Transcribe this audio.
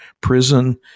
prison